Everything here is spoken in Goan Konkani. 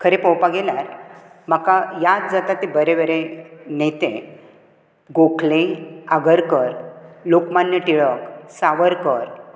खरें पळोवपाक गेल्यार म्हाका याद जाता तें बरें बरें नेते गोखले आरगकर लोकमान्य टिळक सावरकर